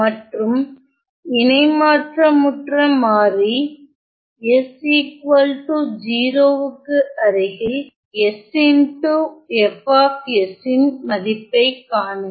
மற்றும் இணைமாற்றமுற்ற மாறி s 0 க்கு அருகில் sF யின் மதிப்பை காணுங்கள்